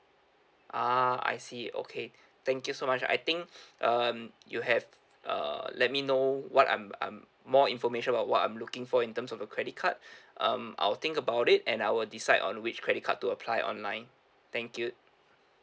ah I see okay thank you so much I think um you have err let me know what I'm I'm more information about what I'm looking for in terms of the credit card um I'll think about it and I will decide on which credit card to apply online thank you